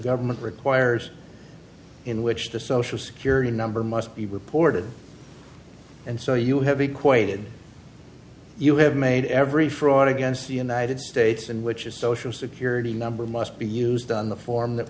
government requires in which the social security number must be reported and so you have equated you have made every fraud against the united states in which a social security number must be used on the form that